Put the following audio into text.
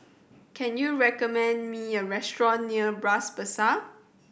can you recommend me a restaurant near Bras Basah